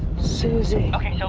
suzie. okay, so,